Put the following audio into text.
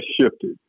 shifted